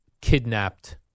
kidnapped